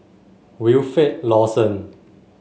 Wilfed Lawson